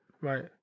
right